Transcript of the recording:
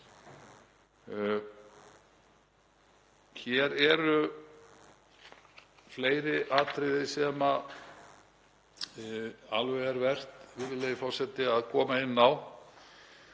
Hér eru fleiri atriði sem alveg er vert, virðulegi forseti, að koma inn á